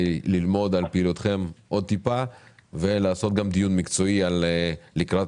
ללמוד עוד על פעילותכם וגם לערוך דיון מקצועי לקראת